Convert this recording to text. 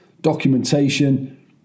documentation